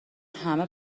همه